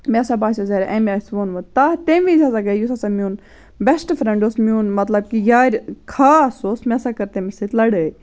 مےٚ ہَسا باسیو زیادٕ امہِ آسہِ ووٚنمُت تہ تمہِ وِز ہَسا گٔے یُس ہَسا میون بٮ۪شٹ فرٛٮ۪نٛڈ اوس میون مطلب کہِ یارِ خاص اوس مےٚ ہَسا کٔر تٔمِس سۭتۍ لَڑٲے